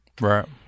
Right